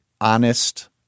honest